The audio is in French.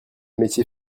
métier